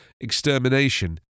extermination